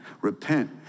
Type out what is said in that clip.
Repent